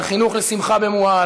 על חינוך לשמחה במועט,